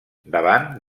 davant